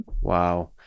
wow